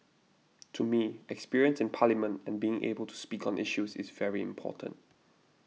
to me experience in Parliament and being able to speak on issues is very important